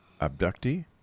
Abductee